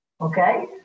okay